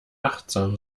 achtsam